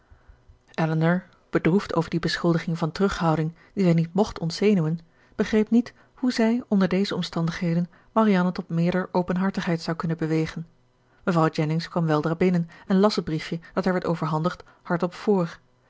elinor bedroefd over die beschuldiging van terughouding die zij niet mocht ontzenuwen begreep niet hoe zij onder deze omstandigheden marianne tot meerder openhartigheid zou kunnen bewegen mevrouw jennings kwam weldra binnen en las het briefje dat haar werd overhandigd hardop voor